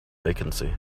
vacancy